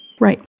Right